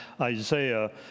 Isaiah